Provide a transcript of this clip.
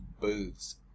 booths